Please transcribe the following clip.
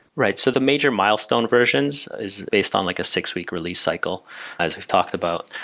right. so the major milestone versions is based on like a six-week release cycle as we've talked about.